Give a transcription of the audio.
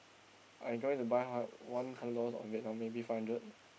I going to buy ha~ one hundred dollars on Vietnam maybe five hundred